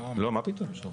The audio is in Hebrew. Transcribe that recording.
לא, מה פתאום.